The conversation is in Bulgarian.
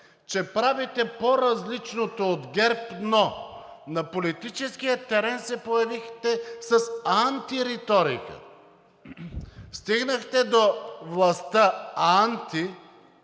че правите по-различното от ГЕРБ, но на политическия терен се появихте с антириторика, стигнахте до властта анти…